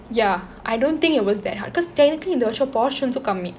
ya I don't think it was that hard cause technically இந்த வருஷம்:intha varsham portions கம்மி:kammi